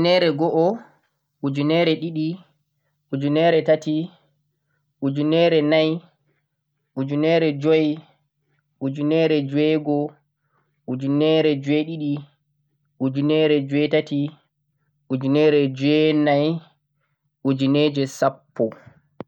Ujunere go'o, ujunere ɗiɗi, ujunere tati, ujunere nai, ujunere joi, ujunere jweego, ujunere jweeɗiɗi, ujunere jweetati, ujunere jweenai, ujuneje sappo